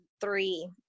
three